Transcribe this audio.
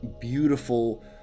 beautiful